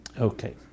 Okay